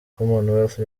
commonwealth